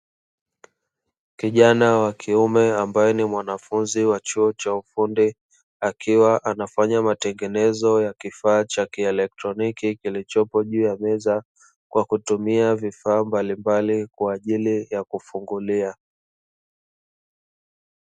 Kijana wa kiume ambaye ni mwanafunzi wa chuo cha ufundi, akiwa anafanya matengenezo ya kifaa cha kielektroniki kilichopo juu ya meza kwa kutumia vifaa mbalimbali kwa ajili ya kufungulia.